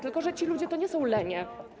Tylko że ci ludzie to nie są lenie.